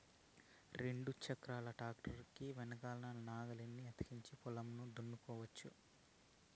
రెండు చక్రాల ట్రాక్టర్ కి వెనకల నాగలిని అతికించి పొలంను దున్నుకోవచ్చు